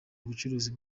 ubucuruzi